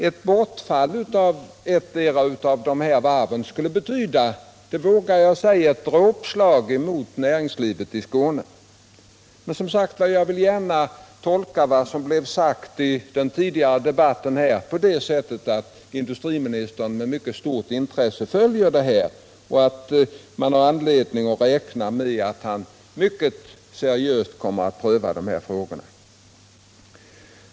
Ett bortfall av ettdera av varven skulle betyda — det vågar jag säga — ett dråpslag mot näringslivet i Skåne. Jag vill som sagt gärna tolka vad som blev sagt i den tidigare debatten här på det sättet att industriministern med stort intresse följer utvecklingen och att man har anledning räkna med att han mycket seriöst kommer att pröva de här frågorna.